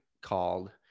called